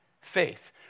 faith